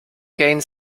gained